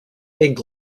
egg